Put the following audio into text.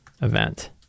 event